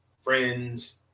friends